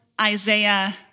Isaiah